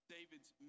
David's